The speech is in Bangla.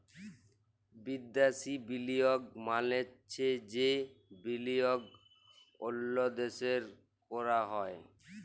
বিদ্যাসি বিলিয়গ মালে চ্ছে যে বিলিয়গ অল্য দ্যাশে ক্যরা হ্যয়